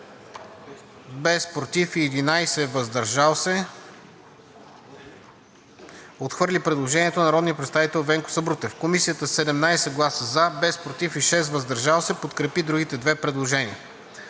без „против“ и 11 „въздържал се“ отхвърли предложението на народния представител Венко Сабрутев. Комисията със 17 гласа „за“, без „против“ и 6 „въздържал се“ подкрепи другите две предложения.